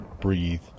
breathe